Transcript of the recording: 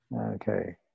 Okay